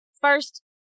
first